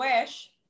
wish